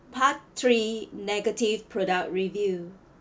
part three negative product review